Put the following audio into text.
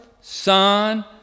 Son